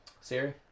Siri